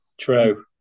True